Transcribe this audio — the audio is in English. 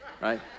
right